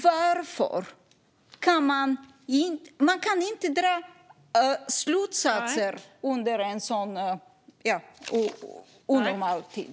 Man kan inte dra slutsatser under en sådan onormal tid.